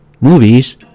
movies